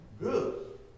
good